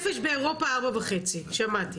באירופה 4.5. שמעתי.